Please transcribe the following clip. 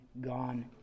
gone